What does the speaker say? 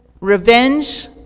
revenge